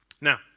Now